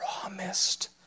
promised